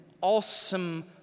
awesome